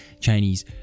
Chinese